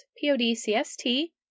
P-O-D-C-S-T